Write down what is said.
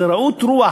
זה רעות רוח,